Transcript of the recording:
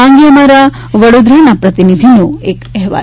આ અંગે અમારા વડોદરા પ્રતિનિધિનો એક અહેવાલ